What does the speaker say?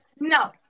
No